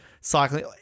cycling